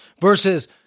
Versus